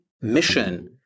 mission